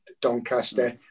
Doncaster